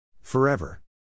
Forever